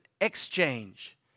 exchange